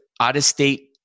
out-of-state